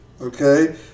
Okay